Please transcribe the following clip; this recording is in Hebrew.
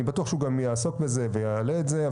אני בטוח שהוא גם יעסוק בזה ויעלה את זה,